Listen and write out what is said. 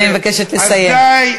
שואל אתכם.